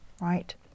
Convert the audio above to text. right